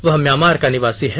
वह म्यांमार का निवासी है